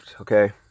okay